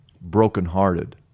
brokenhearted